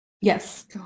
Yes